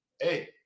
Hey